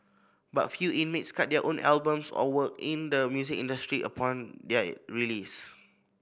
but few inmates cut their own albums or work in the music industry upon their release